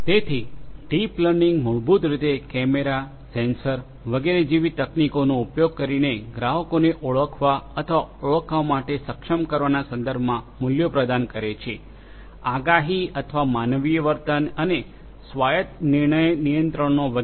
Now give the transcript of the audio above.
તેથી deep learning મૂળભૂત રીતે કેમેરા સેન્સરસsensors વગેરે જેવી તકનીકીઓનો ઉપયોગ કરીને ગ્રાહકોને ઓળખ અથવા ઓળખવા માટે સક્ષમ કરવાના સંદર્ભમાં મૂલ્યો પ્રદાન કરે છે આગાહી અથવા માનવીય વર્તન અને સ્વાયત્ત નિર્ણય નિયંત્રણનો વગેરે